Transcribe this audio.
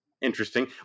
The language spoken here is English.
Interesting